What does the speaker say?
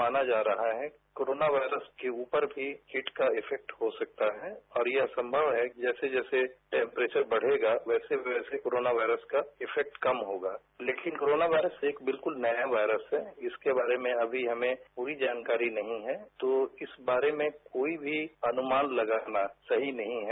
माना जा रहा है कोरोना वायरस के ऊपर भी हिट का इफेक्ट हो सकता है और यह संमव है जैसे जैसे टैक्परेचर बढ़ेगा वैसे वैसे कोरोना वायरस का इफेक्ट कम होगा लेकिन कोरोना वायरस एक बिल्कूल नया वायरस है जिसके बारे में अमी हमें पूरी जानकारी नहीं है तो इस बारे में कोई भी अनुमान लगाना सही नहीं है